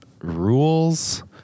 rules